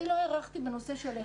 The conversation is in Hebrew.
אני לא הארכתי בנושא.